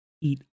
eat